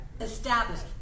established